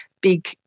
big